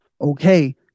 Okay